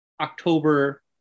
october